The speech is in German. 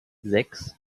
sechs